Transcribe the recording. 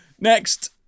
Next